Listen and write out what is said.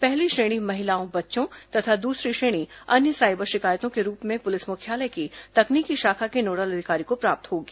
पहली श्रेणी महिलाओं बच्चों तथा दूसरी श्रेणी अन्य साइबर शिकायतों के रूप में प्रलिस मुख्यालय की तकनीकी शाखा के नोडल अधिकारी को प्राप्त होगी